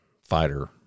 fighter